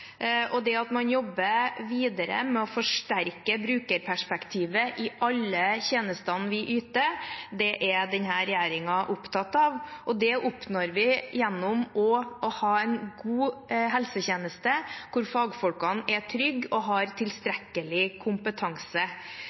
Det at man jobber videre med å forsterke brukerperspektivet i alle tjenestene vi yter, er denne regjeringen opptatt av. Det oppnår vi gjennom å ha en god helsetjeneste hvor fagfolkene er trygge og har tilstrekkelig kompetanse.